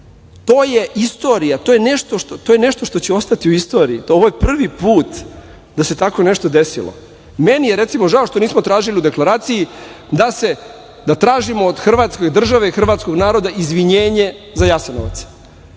To je istorija. To je nešto što će ostati u istoriji. Ovo je prvi put da se tako nešto desilo. Meni je recimo žao što nismo tražili u deklaraciji da tražimo od hrvatske države, od hrvatskog naroda izvinjenje za Jasenovac,